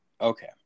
Okay